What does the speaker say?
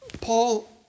Paul